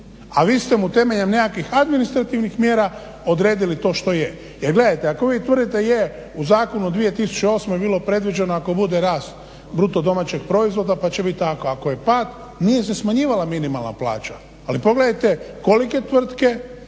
a vi ste mu temeljem nekakvih administrativnih mjera odredili to što je. jer gledajte, ako vi tvrdite je u zakonu 2008.bilo predviđeno ako bude rast BDP-a pa će bit tako. Ako je pad nije se smanjivala minimalna plaća, ali pogledajte kolike tvrtke